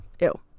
Ew